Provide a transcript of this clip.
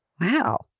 Wow